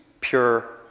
pure